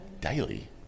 Daily